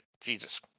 Jesus